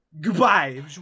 Goodbye